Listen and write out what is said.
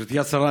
גברתי השרה,